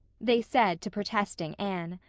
they said to protesting anne.